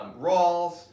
Rawls